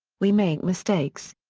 we make mistakes!